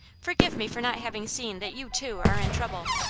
forgive me for not having seen that you, too, are in trouble.